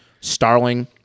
Starling